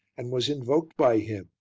and was invoked by him,